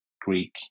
Greek